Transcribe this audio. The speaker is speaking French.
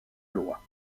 loi